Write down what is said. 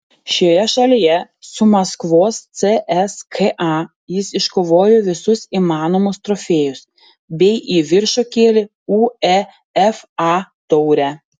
šioje šalyje su maskvos cska jis iškovojo visus įmanomus trofėjus bei į viršų kėlė uefa taurę